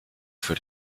für